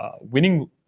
winning